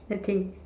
nothing